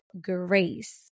grace